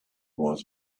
was